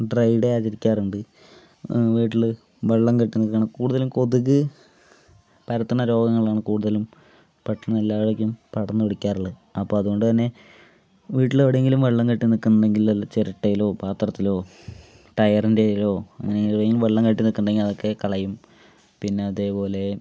dry day ആചരിക്കാറുണ്ട് വീട്ടിൽ വെള്ളം കെട്ടി നിൽക്കണ കൂടുതലും കൊതുക് പരത്തണ രോഗങ്ങളാണ് കൂടുതലും പെട്ടെന്ന് എല്ലായെവിടേക്കും പടർന്ന് പിടിക്കാറുള്ളത് അപ്പോൾ അതുകൊണ്ട് തന്നെ വീട്ടിൽ എവിടെയെങ്കിലും വെള്ളം കെട്ടി നിൽക്കുന്നുണ്ടെങ്കിൽ വല്ല ചിരട്ടയിലോ പാത്രത്തിലോ ടയറിൻ്റെ ഇതിലോ അങ്ങനെ എവിടെയെങ്കിലും വെള്ളം കെട്ടി നിൽക്കണുണ്ടെങ്കിൽ അതൊക്കെ കളയും പിന്നെ അതേപോലെ